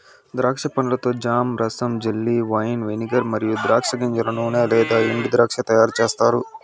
ద్రాక్ష పండ్లతో జామ్, రసం, జెల్లీ, వైన్, వెనిగర్ మరియు ద్రాక్ష గింజల నూనె లేదా ఎండుద్రాక్ష తయారుచేస్తారు